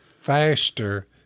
faster